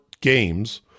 games